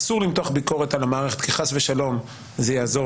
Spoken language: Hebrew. אסור למתוח ביקורת על המערכת כי חס ושלום זה יעזור